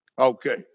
Okay